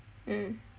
mm